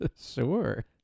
Sure